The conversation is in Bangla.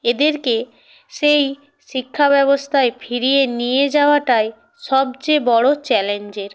এদেরকে সেই শিক্ষা ব্যবস্থায় ফিরিয়ে নিয়ে যাওয়াটাই সবচেয়ে বড়ো চ্যালেঞ্জের